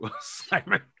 Simon